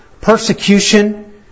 persecution